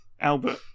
Albert